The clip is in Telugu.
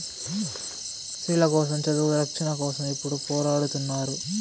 స్త్రీల చదువు రక్షణ కోసం ఎప్పుడూ పోరాడుతున్నారు